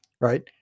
right